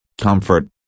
comfort